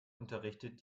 unterrichtet